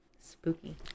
Spooky